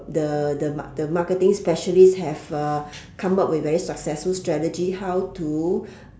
the the mark~ the marketing specialist have uh come up with very successful strategy how to